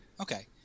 okay